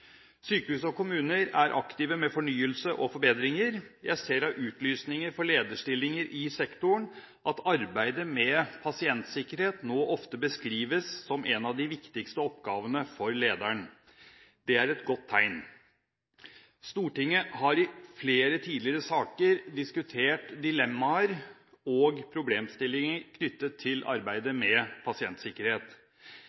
Sykehus og kommuner er aktive med fornyelse og forbedringer. Jeg ser av utlysninger for lederstillinger i sektoren at arbeid med pasientsikkerhet nå ofte beskrives som en av de viktigste oppgavene for lederen. Det er et godt tegn. Stortinget har i flere tidligere saker diskutert dilemmaer og problemstillinger knyttet til arbeidet